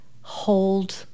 hold